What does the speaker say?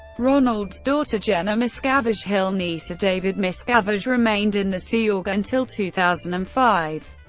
ronald's daughter jenna miscavige hill, niece of david miscavige, remained in the sea org until two thousand and five.